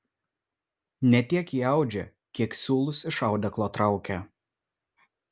ne tiek ji audžia kiek siūlus iš audeklo traukia